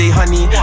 honey